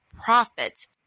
profits